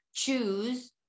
Choose